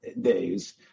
days